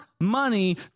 money